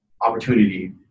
opportunity